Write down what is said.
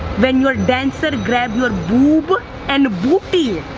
when you're dancer grab your boob and booty.